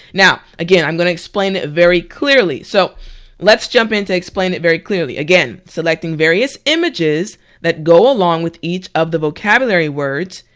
now again i'm gonna explain it very clearly so let's jump in to explain it very clearly, again, selecting various images that go along with each of the vocabulary words,